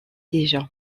déjà